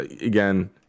again